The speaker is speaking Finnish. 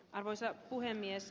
arvoisa puhemies